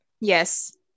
Yes